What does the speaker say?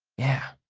yeah,